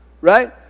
right